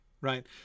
right